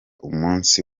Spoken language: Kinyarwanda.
umunsi